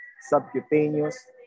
subcutaneous